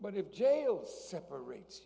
but if jael separates